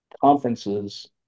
conferences